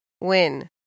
Win